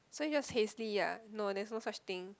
so just hasty ya no there's no such thing